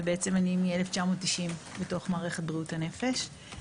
ובעצם אני מ-1990 בתוך מערכת בריאות הנפש.